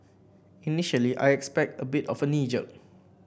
initially I expect a bit of a knee jerk